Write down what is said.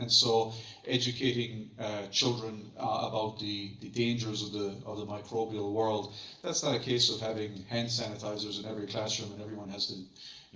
and so educating children about the the dangers of the of the microbial world that's not a case of having hand sanitizers in every classroom and everyone has to